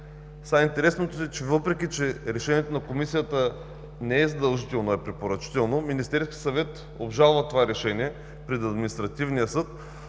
Интересното е, въпреки че решението на Комисията не е задължително, а препоръчително, Министерският съвет обжалва това решение пред Административния съд,